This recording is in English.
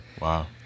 Wow